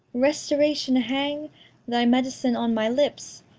restoration hang thy medicine on my lips,